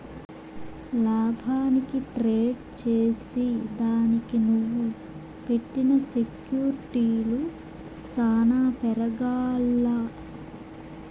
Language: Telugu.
లాభానికి ట్రేడ్ చేసిదానికి నువ్వు పెట్టిన సెక్యూర్టీలు సాన పెరగాల్ల